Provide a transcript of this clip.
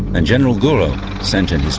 and general gouraud sent in